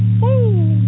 Woo